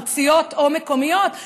ארציות או מקומיות,